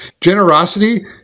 Generosity